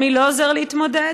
ומי לא עוזר להתמודד.